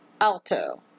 alto